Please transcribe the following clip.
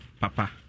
papa